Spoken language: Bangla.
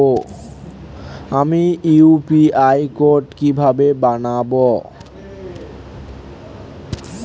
আমি ইউ.পি.আই কোড কিভাবে বানাব?